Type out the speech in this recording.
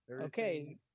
Okay